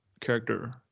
character